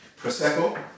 Prosecco